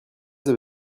vous